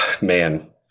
Man